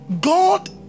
God